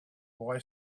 boy